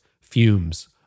fumes